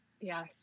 Yes